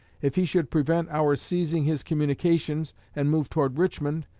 if he should prevent our seizing his communications, and move toward richmond,